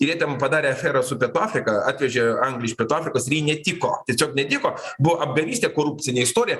ir jie ten padarė aferą su pietų afrika atvežė anglį iš pietų afrikos ir ji netiko tiesiog netiko buvo apgavystė korupcinė istorija